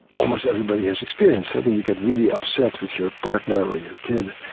almost everybody has experienced. so but you get really upset with your partner or your kid,